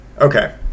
Okay